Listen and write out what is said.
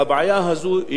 והבעיה הזאת,